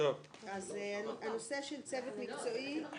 הנושא של צוות מקצועי.